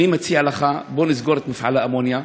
אני מציע לך: בוא נסגור את מפעל האמוניה.